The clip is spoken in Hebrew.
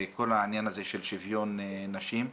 וכל העניין הזה של שוויון נשים.